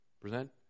Present